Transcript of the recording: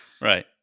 Right